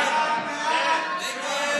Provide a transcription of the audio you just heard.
ההצעה להעביר